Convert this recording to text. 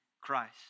Christ